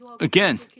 again